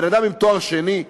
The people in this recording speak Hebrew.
הבן-אדם עם תואר שני,